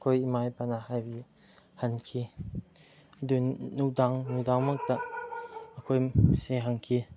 ꯑꯩꯈꯣꯏ ꯏꯃꯥ ꯏꯄꯥꯅ ꯍꯥꯏꯕꯒꯤ ꯍꯟꯈꯤ ꯑꯗꯨ ꯅꯨꯡꯗꯥꯡ ꯅꯨꯡꯗꯥꯡꯃꯛꯇ ꯑꯩꯈꯣꯏꯁꯦ ꯍꯟꯈꯤ